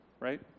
Right